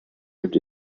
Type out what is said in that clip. und